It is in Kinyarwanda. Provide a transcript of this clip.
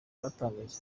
batangarije